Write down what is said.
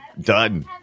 Done